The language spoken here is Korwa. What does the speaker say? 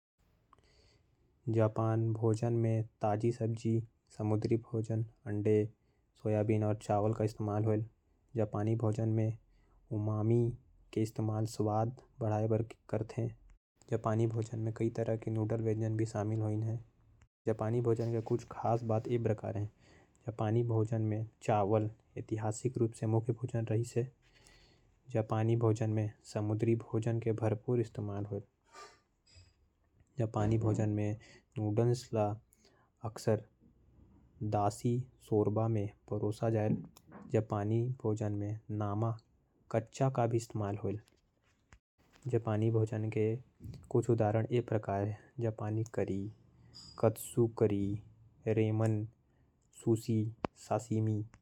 जापानी भोजन में ताजी सब्जी अंडे और सोयाबीन के इस्तेमाल होयल। जापानी भोजन में मौसमी चीज़ों का इस्तेमाल किया जाता है। और इसमें स्वाद और बनावट का संतुलन होता है। जापानी भोजन में सोया सॉस और वसाबी का इस्तेमाल किया जाता है। जापानी भोजन में चावल के बहुत महत्व है।